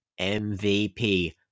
MVP